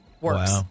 Works